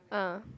ah